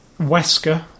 Wesker